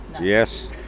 Yes